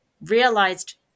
realized